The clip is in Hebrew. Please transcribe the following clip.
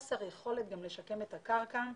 ולחוס יכולת גם לשקם את הקרקע.